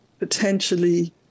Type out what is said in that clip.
potentially